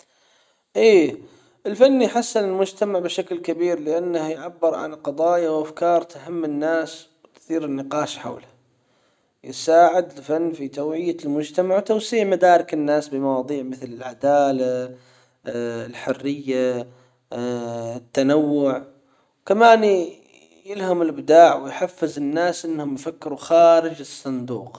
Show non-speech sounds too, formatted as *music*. ايه الفن يحسن المجتمع بشكل كبير لنه يعبر عن قضايا وافكار تهم الناس تثير النقاش حوله. يساعد الفن في توعية المجتمع وتوسيع مدارك الناس بمواضيع مثل العدالة *hesitation* الحرية *hesitation* التنوع كمان يلهم الابداع ويحفز الناس انهم يفكروا خارج الصندوق.